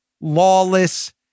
lawless